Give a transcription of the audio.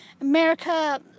America